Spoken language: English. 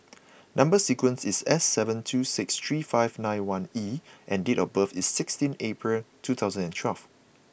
number sequence is S seven two six three five nine one E and date of birth is sixteen April two thousand and twelve